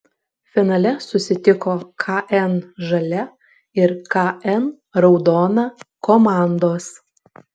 finale susitiko kn žalia ir kn raudona komandos